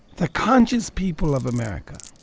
the conscious people of america